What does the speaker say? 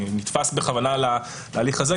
אני נתפש בכוונה להליך הזה,